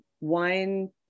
wine